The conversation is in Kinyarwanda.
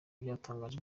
byatangaje